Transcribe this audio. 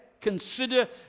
Consider